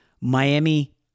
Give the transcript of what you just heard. Miami